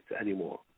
anymore